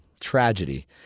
tragedy